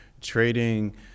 trading